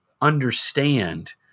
understand